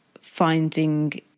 finding